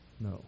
No